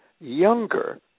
younger